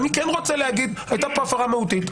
אני כן רוצה להגיד הייתה פה הפרה מהותית,